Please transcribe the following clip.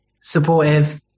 Supportive